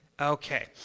okay